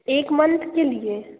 एक मंथ के लिए